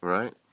Right